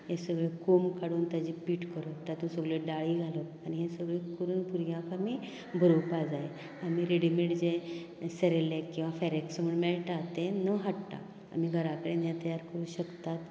हे सगळें कोंब काडून ताचे पीठ करप तातूंत सगळ्यो दाळी घालप आनी हे सगळें करून भुरग्यांक आमी भरोवपा जाय आनी रेडीमेड जे सेरेलेक किंवां फेरेक्स म्हण मेळटा तें न हाडटा आमी घरां कडेन हे करूंक शकतात